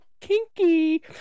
kinky